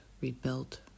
rebuilt